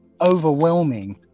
Overwhelming